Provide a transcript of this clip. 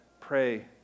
pray